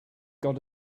got